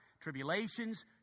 tribulations